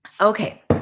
okay